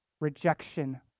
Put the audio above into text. rejection